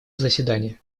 заседание